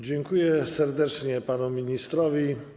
Dziękuję serdecznie panu ministrowi.